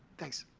thanks.